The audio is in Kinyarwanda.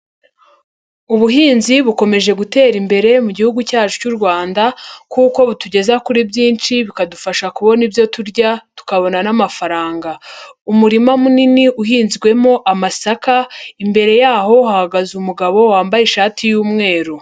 Ubuhinzi bukomeje gutera imbere mu gihugu cyacu cy'u Rwanda kuko butugeza kuri byinshi bikadufasha kubona ibyo turya tukabona n'amafaranga. Umurima munini uhinzwemo amasaka, imbere yaho hahagaze umugabo wambaye ishati y'umweru.